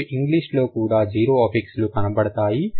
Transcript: మనకు ఇంగ్లీషులో కూడా జీరో అఫిక్లు కనపడతాయి